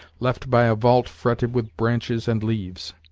left by a vault fretted with branches and leaves.